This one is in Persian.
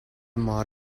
مار